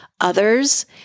others